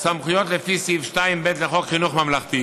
סמכויות לפי סעיף 2(ב) לחוק חינוך ממלכתי